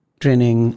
training